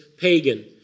pagan